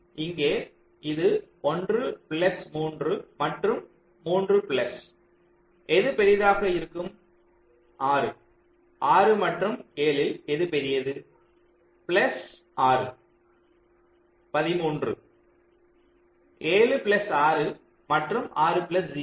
இங்கே இது 1 பிளஸ் 3 மற்றும் 3 பிளஸ் எது பெரியதாக இருக்கும் 66 மற்றும் 7ல் எது பெரியது பிளஸ் 6 13 7 பிளஸ் 6 மற்றும் 6 பிளஸ் 0 6